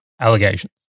allegations